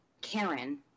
Karen